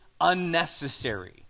Unnecessary